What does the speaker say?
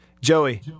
Joey